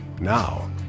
Now